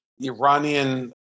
Iranian